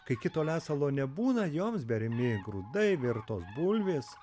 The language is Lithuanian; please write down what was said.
kai kito lesalo nebūna joms beriami grūdai virtos bulvės